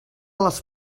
les